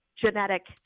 genetic